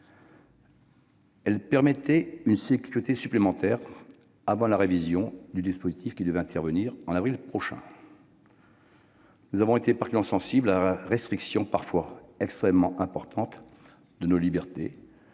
Elle apportait une sécurité supplémentaire avant la révision du dispositif qui devrait intervenir au mois d'avril prochain. Nous avons été particulièrement sensibles à la restriction, parfois extrêmement importante, de nos libertés.